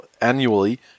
annually